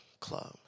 club